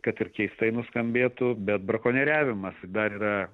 kad ir keistai nuskambėtų bet brakonieriavimas dar yra